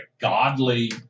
godly